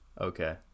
Okay